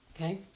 okay